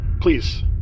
Please